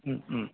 हं हं